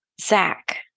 Zach